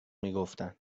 میگفتن